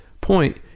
point